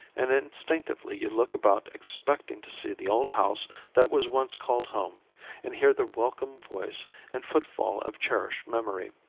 and instinctively you look about expecting to see the old house that was once called home and hear the welcome voice and footfall of cherished memory.